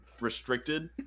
restricted